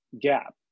gap